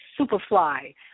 Superfly